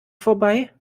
vorbei